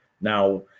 Now